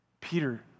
Peter